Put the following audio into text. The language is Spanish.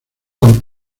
con